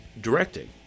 directing